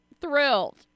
thrilled